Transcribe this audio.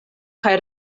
kaj